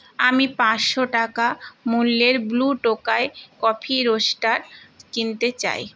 আমি পাঁচশো টাকা মূল্যের ব্লু টোকাই কফি রোস্টার কিনতে চাই